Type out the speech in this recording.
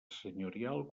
senyorial